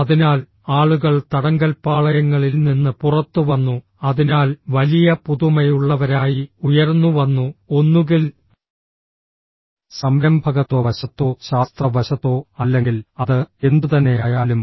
അതിനാൽ ആളുകൾ തടങ്കൽപ്പാളയങ്ങളിൽ നിന്ന് പുറത്തുവന്നു അതിനാൽ വലിയ പുതുമയുള്ളവരായി ഉയർന്നുവന്നു ഒന്നുകിൽ സംരംഭകത്വ വശത്തോ ശാസ്ത്ര വശത്തോ അല്ലെങ്കിൽ അത് എന്തുതന്നെയായാലും